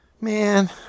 man